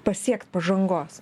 pasiekt pažangos